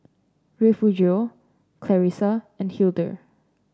Refugio Clarissa and Hildur